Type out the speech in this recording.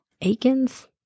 Aikens